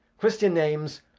christian names,